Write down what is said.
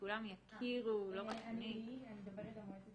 אני דוברת במועצת